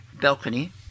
balcony